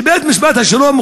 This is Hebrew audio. שבית-משפט השלום,